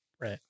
right